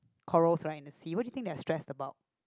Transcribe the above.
corals right in the sea what do you think they are stressed about